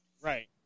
Right